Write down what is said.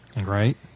Right